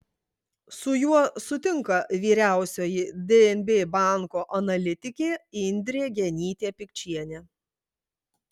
su juo sutinka vyriausioji dnb banko analitikė indrė genytė pikčienė